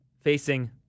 facing